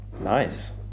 Nice